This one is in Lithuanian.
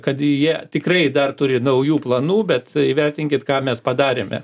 kad jie tikrai dar turi naujų planų bet įvertinkit ką mes padarėme